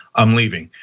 i'm leaving.